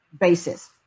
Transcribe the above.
basis